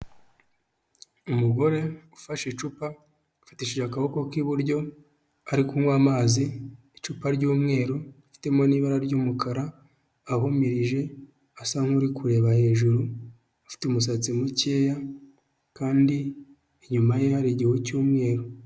Umugore ufashe icupa, afatishije akaboko k'iburyo, ari kunywa amazi, icupa ry'umweru, rifitemo n'ibara ry'umukara, ahumirije, asa nk'uri kureba hejuru, afite umusatsi mukeya, kandi inyuma ye hari igihu cy'umweru.